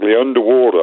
underwater